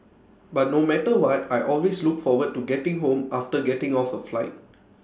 but no matter what I always look forward to getting home after getting off A flight